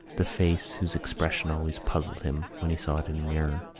the face whose expression always puzzled him when he saw it in a mirror,